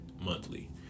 monthly